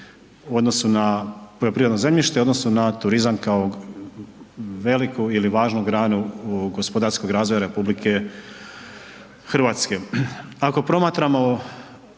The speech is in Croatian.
odnosu na poljoprivredno zemljište i u odnosu na turizam kao veliku ili važnu granu gospodarskog razvoja RH. Ako promatramo